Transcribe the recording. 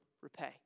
repay